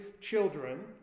children